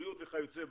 בריאות וכיוצא בזה.